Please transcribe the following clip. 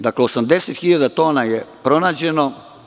Dakle, 80.000 tona je pronađeno.